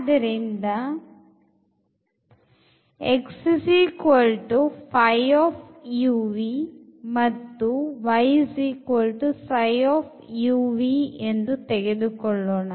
ಆದ್ದರಿಂದ ಮತ್ತು ಎಂದು ತೆಗೆದುಕೊಳ್ಳೋಣ